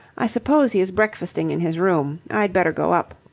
i suppose he is breakfasting in his room. i'd better go up.